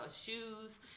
shoes